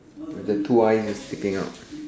with the two why is sacking out